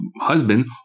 husband